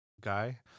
guy